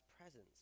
presence